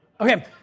Okay